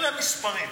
אלה המספרים.